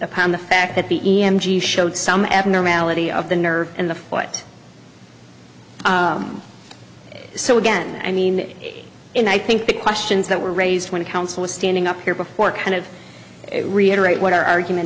upon the fact that the e m t showed some abnormality of the nerve in the foot so again i mean and i think the questions that were raised when council was standing up here before kind of reiterate what our argument